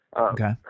okay